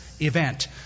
event